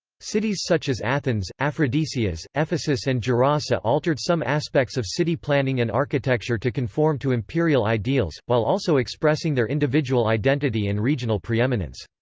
cities such as athens, aphrodisias, ephesus and gerasa altered some aspects of city planning and architecture to conform to imperial ideals, while also expressing their identity and regional preeminence.